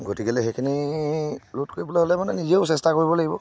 গতিকেলৈ সেইখিনি ৰোধ কৰিবলৈ হ'লে মানে নিজেও চেষ্টা কৰিব লাগিব